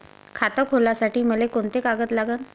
खात खोलासाठी मले कोंते कागद लागन?